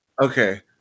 Okay